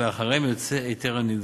שלאחריה יוצא היתר כנדרש.